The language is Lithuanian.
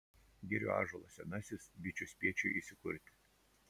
girių ąžuolas senasis bičių spiečiui įsikurti